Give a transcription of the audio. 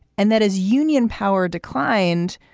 and that is union power declined.